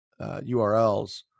URLs